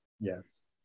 Yes